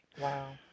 Wow